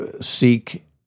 seek